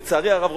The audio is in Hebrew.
לצערי הרב,